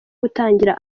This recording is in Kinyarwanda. gutangira